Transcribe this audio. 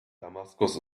damaskus